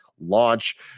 launch